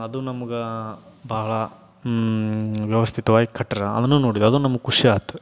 ಅದು ನಮಗ ಭಾಳ ವ್ಯವಸ್ಥಿತವಾಗಿ ಕಟ್ರ ಅದನ್ನೂ ನೋಡಿದ್ದೇವೆ ಅದು ನಮಗ್ ಖುಷಿ ಆಯ್ತು